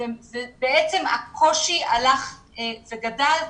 והקושי הלך וגדל,